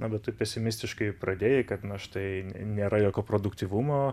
na bet tu pesimistiškai pradėjai kad na štai nėra jokio produktyvumo